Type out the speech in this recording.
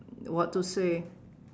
what to say